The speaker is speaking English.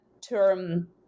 term